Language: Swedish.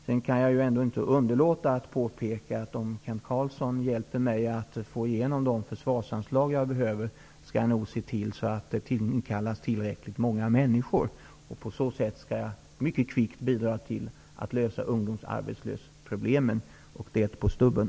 Sedan kan jag ändå inte underlåta att påpeka att om Kent Carlsson hjälper mig att få igenom de försvarsanslag som jag behöver, skall jag nog se till att det inkallas tillräckligt många människor. På så sätt skall jag mycket kvickt bidra till att lösa problemen med ungdomsarbetslösheten, och det på stubben.